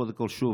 קודם כול שוב,